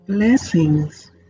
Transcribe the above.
Blessings